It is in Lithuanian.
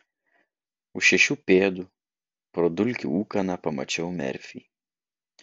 už šešių pėdų pro dulkių ūkaną pamačiau merfį